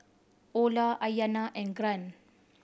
Orla Aiyana and Grant